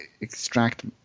extract